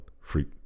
Freak